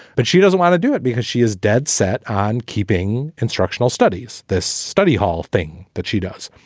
but she doesn't want to do it because she is dead set on keeping instructional studies. this study hall thing that she does,